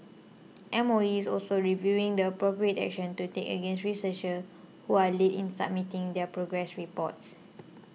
M O E is also reviewing the appropriate action to take against researchers who are late in submitting their progress reports